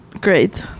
Great